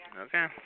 Okay